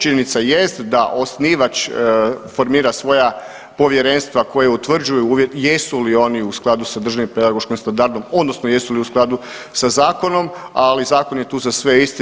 Činjenica jest da osnivač formira svoja povjerenstva koja utvrđuju jesu li oni u skladu sa državnim pedagoškim standardom odnosno jesu li u skladu sa zakonom, ali zakon je tu za sve isti.